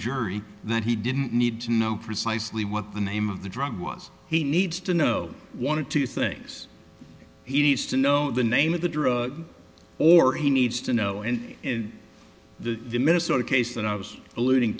jury that he didn't need to know precisely what the name of the drug was he needs to know wanted two things he needs to know the name of the drug or he needs to know and the minnesota case that i was a